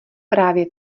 právě